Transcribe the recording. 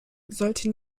sollte